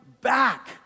back